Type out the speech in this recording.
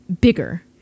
bigger